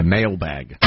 Mailbag